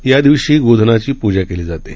या दिवशी गोधनाची पूजा केली जाते